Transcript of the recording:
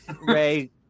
Ray